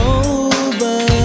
over